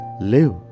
live